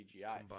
cgi